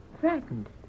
Frightened